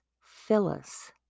Phyllis